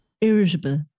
irritable